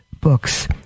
books